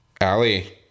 Allie